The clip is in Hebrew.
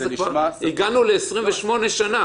או תקבע אותו באיחור.